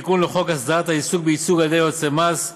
תיקון לחוק הסדרת העיסוק בייצוג על ידי יועצי מס,